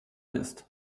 ist